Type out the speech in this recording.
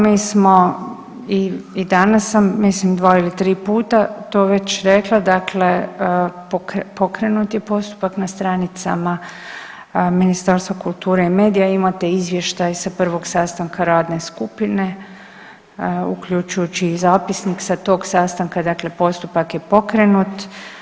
Mi smo i danas sam mislim dva ili tri puta to već rekla dakle pokrenut je postupak na stranicama Ministarstva kulture i medija, imate izvještaj sa prvog sastanka radne skupine, uključujući i zapisnik sa tog sastanka, dakle postupak je pokrenut.